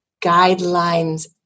guidelines